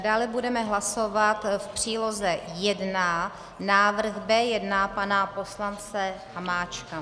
Dále budeme hlasovat v příloze 1 návrh B1 pana poslance Hamáčka.